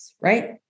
right